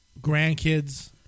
grandkids